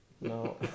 No